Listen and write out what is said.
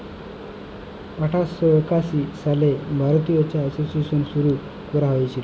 আঠার শ একাশি সালে ভারতীয় চা এসোসিয়েশল শুরু ক্যরা হঁইয়েছিল